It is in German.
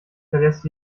verlässt